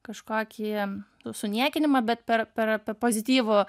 kažkokį suniekinimą bet per per pozityvų